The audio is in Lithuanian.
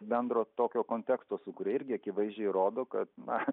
bendro tokio konteksto sukuria irgi akivaizdžiai rodo kad na